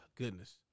goodness